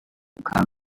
coming